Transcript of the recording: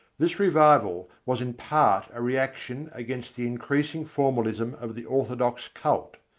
this revival was in part a reaction against the increasing formalism of the orthodox cult,